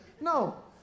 No